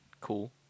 Cool